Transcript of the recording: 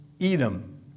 Edom